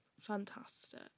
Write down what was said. fantastic